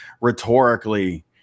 rhetorically